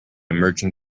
merging